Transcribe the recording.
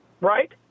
right